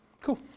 cool